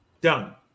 Done